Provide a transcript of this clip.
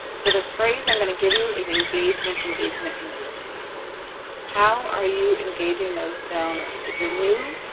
sort of phrase i'm going to give you is, engagement, engagement, engagement how are you engaging those donors? if you're new,